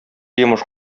йомыш